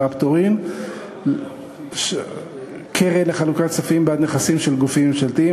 (פטורין) (קרן לחלוקת כספים בעד נכסים של גופים ממשלתיים),